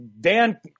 Dan